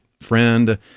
friend